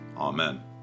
Amen